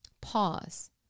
Pause